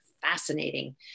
fascinating